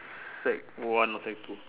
sec one or sec two